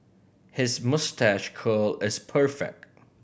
his moustache curl is perfect